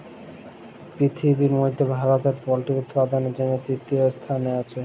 পিরথিবির মধ্যে ভারতে পল্ট্রি উপাদালের জনহে তৃতীয় স্থালে আসে